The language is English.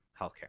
healthcare